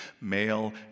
Male